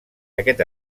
aquest